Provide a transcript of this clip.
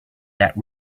that